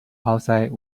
outside